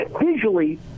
visually